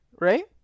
right